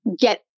get